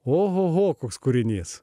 ohoho koks kūrinys